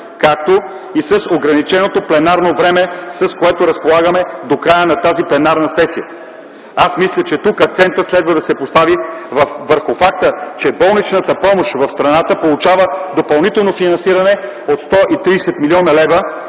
както и с ограниченото пленарно време, с което разполагаме до края на тази пленарна сесия. Аз мисля, че тук акцентът следва да се постави върху факта, че болничната помощ в страната получава допълнително финансиране от 130 млн. лв.